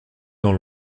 dans